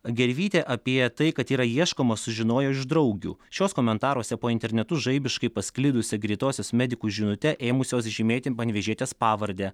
gervytė apie tai kad yra ieškoma sužinojo iš draugių šios komentaruose po internetu žaibiškai pasklidusia greitosios medikų žinute ėmusios žymėti panevėžietės pavardę